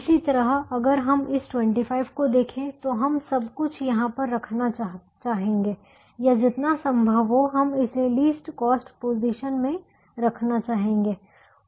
इसी तरह अगर हम इस 25 को देखें तो हम सब कुछ यहाँ पर रखना चाहेंगे या जितना संभव हो हम इसे लीस्ट कॉस्ट पोजीशन में रखना चाहेंगे